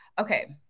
Okay